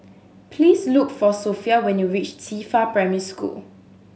please look for Sophia when you reach Qifa Primary School